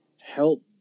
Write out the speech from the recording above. help